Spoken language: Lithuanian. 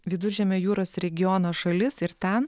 viduržemio jūros regiono šalis ir ten